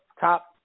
top